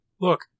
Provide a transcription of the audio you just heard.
look